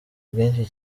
bwinshi